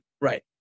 Right